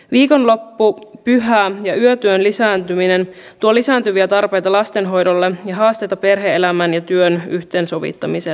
viikonloppu pyhä ja yötyön lisääntyminen tuo lisääntyviä tarpeita lastenhoidolle ja haasteita perhe elämän ja työn yhteensovittamiselle